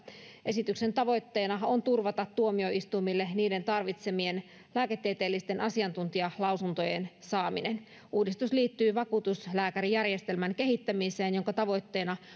esityksen tavoitteena on turvata tuomioistuimille niiden tarvitsemien lääketieteellisten asiantuntijalausuntojen saaminen uudistus liittyy vakuutuslääkärijärjestelmän kehittämiseen jonka tavoitteena